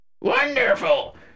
Wonderful